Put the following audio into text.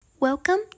Welcome